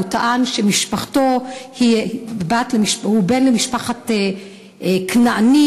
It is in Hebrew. והוא טען שהוא בן למשפחת כנענים,